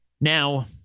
Now